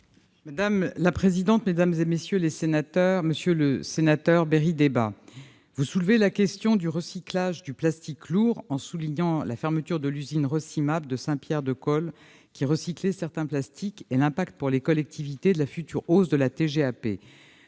Mme la ministre. Monsieur le sénateur Claude Bérit-Débat, vous soulevez la question du recyclage du plastique lourd en citant la fermeture de l'usine Recymap de Saint-Pierre-de-Côle, qui recyclait certains plastiques, et l'impact pour les collectivités de la future hausse de la TGAP.